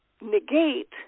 negate